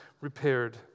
repaired